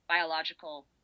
biological